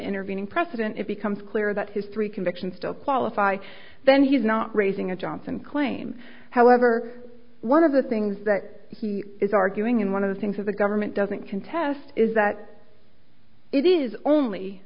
intervening precedent it becomes clear that his three convictions still qualify then he's not raising a johnson claim however one of the things that he is arguing and one of the things that the government doesn't contest is that it is only